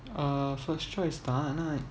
uh first choice தான் ஆனா:thaan aana